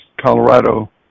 Colorado